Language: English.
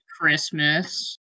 Christmas